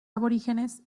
aborígenes